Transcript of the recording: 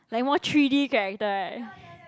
like more three D character right